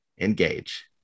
engage